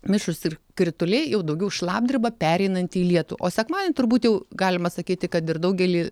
mišrūs ir krituliai jau daugiau šlapdriba pereinanti į lietų o sekmadienį turbūt jau galima sakyti kad ir daugely